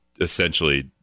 essentially